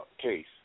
case